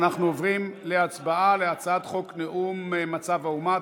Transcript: אנחנו עוברים להצבעה על הצעת חוק נאום מצב האומה,